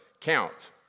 count